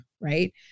right